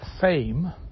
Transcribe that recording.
fame